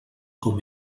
com